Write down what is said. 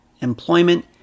employment